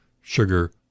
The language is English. sugar